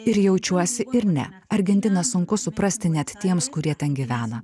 ir jaučiuosi ir ne argentiną sunku suprasti net tiems kurie ten gyvena